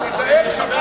תיזהר,